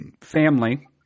family –